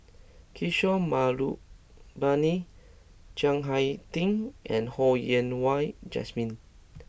Kishore Mahbubani Chiang Hai Ding and Ho Yen Wah Jesmine